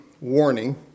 Warning